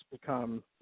become